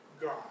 God